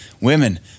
women